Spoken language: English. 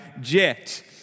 jet